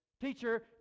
teacher